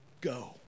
go